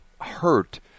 hurt